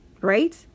right